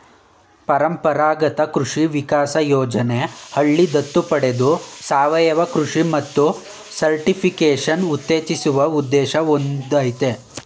ಪರಂಪರಾಗತ ಕೃಷಿ ವಿಕಾಸ ಯೋಜನೆ ಹಳ್ಳಿ ದತ್ತು ಪಡೆದು ಸಾವಯವ ಕೃಷಿ ಮತ್ತು ಸರ್ಟಿಫಿಕೇಷನ್ ಉತ್ತೇಜಿಸುವ ಉದ್ದೇಶ ಹೊಂದಯ್ತೆ